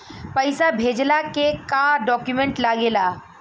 पैसा भेजला के का डॉक्यूमेंट लागेला?